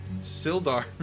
Sildar